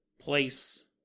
place